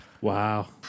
Wow